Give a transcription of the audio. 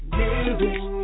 giving